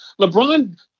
LeBron